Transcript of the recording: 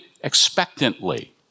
expectantly